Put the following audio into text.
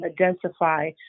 identify